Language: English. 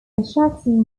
jackson